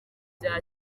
bya